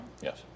Yes